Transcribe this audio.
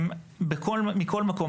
מכל מקום,